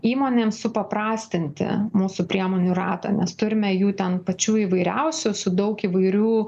įmonėms supaprastinti mūsų priemonių ratą nes turime jų ten pačių įvairiausių su daug įvairių